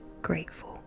grateful